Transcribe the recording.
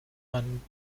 man